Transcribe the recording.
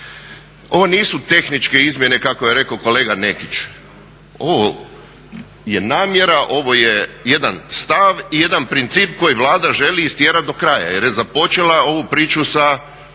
Ovo nisu tehničke izmjene kako je rekao kolega Nekić, ovo je namjera, ovo je jedan stav i jedan princip koji Vlada želi istjerati do kraja jer je započela ovu priču sa